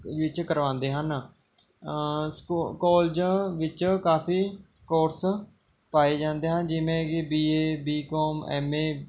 ਵਿੱਚ ਕਰਵਾਉਂਦੇ ਹਨ ਸਕੂ ਕੋਲਜ ਵਿੱਚ ਕਾਫੀ ਕੋਰਸ ਪਾਏ ਜਾਂਦੇ ਹਨ ਜਿਵੇਂ ਕਿ B A B Com M A